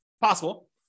possible